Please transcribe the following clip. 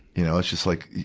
you know it's just like,